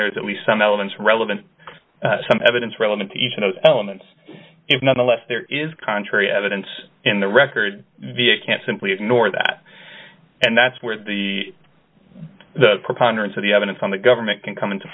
there is at least some elements relevant some evidence relevant to each of those elements if not unless there is contrary evidence in the record the i can't simply ignore that and that's where the preponderance of the evidence on the government can come into